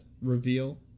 reveal